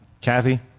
Kathy